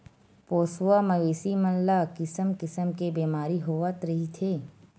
पोसवा मवेशी मन ल किसम किसम के बेमारी होवत रहिथे